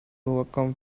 overcome